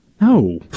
No